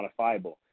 quantifiable